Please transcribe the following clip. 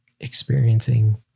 experiencing